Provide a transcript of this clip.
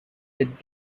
with